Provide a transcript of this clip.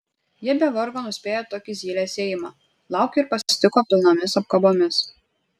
jie be vargo nuspėjo tokį zylės ėjimą laukė ir pasitiko pilnomis apkabomis